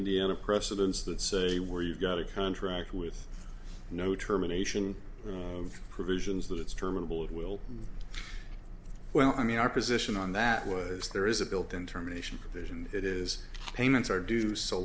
indiana precedence that say where you've got a contract with no terminations of provisions that it's terminable of will well i mean our position on that was there is a built in terminations provision that is payments are due so